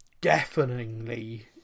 deafeningly